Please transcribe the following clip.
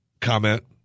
comment